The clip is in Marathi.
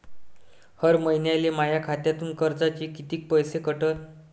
हर महिन्याले माह्या खात्यातून कर्जाचे कितीक पैसे कटन?